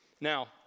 Now